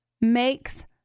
makes